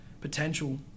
potential